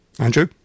Andrew